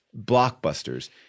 blockbusters